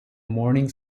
morning